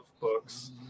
books